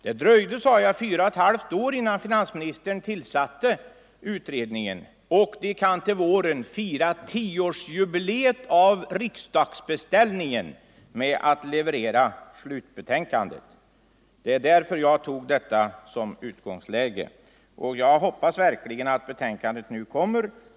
Det dröjde, sade jag, fyra och ett halvt år innan Tisdagen den finansministern tillsatte utredningen, och man kan till våren fira tio 26 november 1974 årsjubileet av riksdagsbeställningen med att leverera slutbetänkandet. Det var mot den bakgrunden jag tog detta som utgångsläge, och jag Ang. företagens hoppas verkligen att utredningsbetänkandet nu kommer.